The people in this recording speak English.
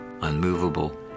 unmovable